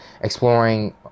exploring